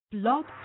Blog